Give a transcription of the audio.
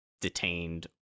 detained